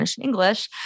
English